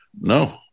No